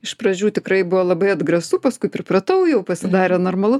iš pradžių tikrai buvo labai atgrasu paskui pripratau jau pasidarė normalu